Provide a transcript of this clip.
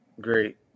Great